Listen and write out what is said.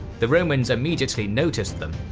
the romans immediately noticed them,